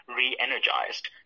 re-energized